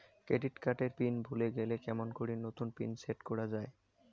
Credit card এর pin ভুলে গেলে কেমন করি নতুন পিন সেট করা য়ায়?